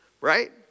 right